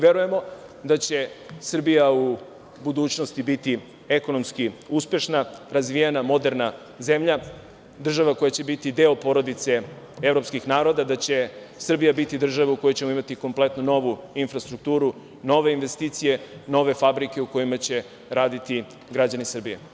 Verujemo da će Srbija u budućnosti biti ekonomski uspešna, razvijena, moderna zemlja, država koja će biti deo porodice evropskih naroda, da će Srbija biti država u kojoj ćemo imati kompletnu novu infrastrukturu, nove investicije, nove fabrike u kojima će raditi građani Srbije.